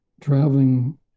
traveling